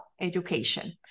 education